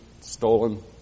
stolen